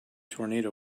tornado